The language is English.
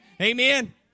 Amen